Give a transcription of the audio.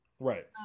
right